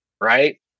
right